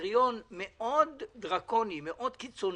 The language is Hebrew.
קריטריון מאוד דרקוני, מאוד קיצוני,